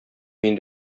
мин